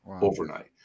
overnight